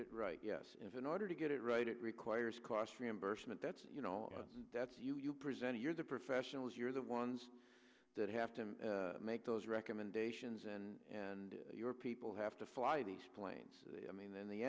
it right yes in order to get it right it requires cost reimbursement that's you know that's you you present your the professionals you're the ones that have to make those recommendations and and your people have to fly these planes i mean in the